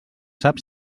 sap